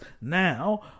Now